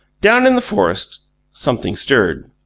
down in the forest something stirred.